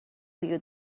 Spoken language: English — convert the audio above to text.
you